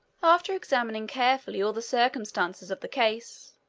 after examining carefully all the circumstances of the case,